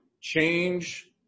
change